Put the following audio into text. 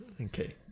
Okay